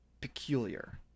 peculiar